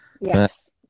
Yes